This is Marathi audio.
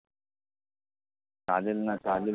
चालेल ना चालेल